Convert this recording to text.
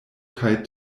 kaj